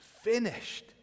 finished